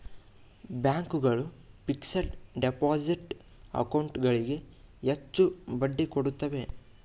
bank ಗಳು fixed deposit account ಗಳಿಗೆ ಹೆಚ್ಚು ಬಡ್ಡಿ ಕೊಡುತ್ತವೆ